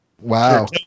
wow